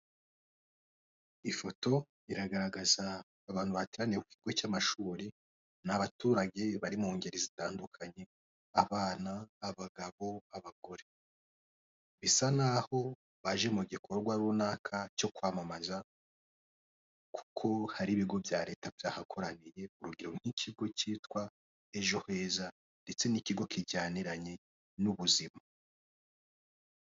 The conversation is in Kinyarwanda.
ifoto iragaragaza abantu bateraniye ku kigo cy'amashuri n'abaturage bari mu ngeri zitandukanye abana, abagabo, abagore bisa naho baje mu gikorwa runaka cyo kwamamaza kuko hari ibigo bya leta byahakoraniye urugero nk'ikigo cyitwa ejo heza ndetse n'ikigo kijyaniranye n'ubuzima.